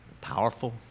powerful